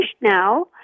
now